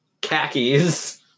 khakis